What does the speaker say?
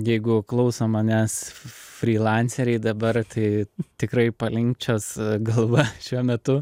jeigu klauso manęs frylanseriai dabar tai tikrai palinkčios galva šiuo metu